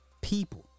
people